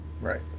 right